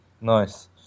nice